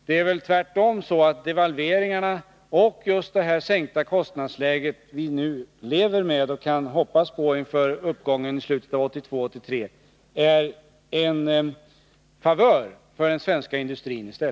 Det är väl tvärtom så, att devalveringarna och just sänkningen av kostnadsläget är en favör för den svenska industrin, som vi kan hoppas på inför konjunkturuppgången i slutet av 1982 och 1983.